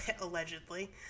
allegedly